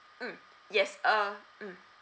mm yes uh mm